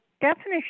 definition